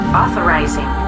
authorizing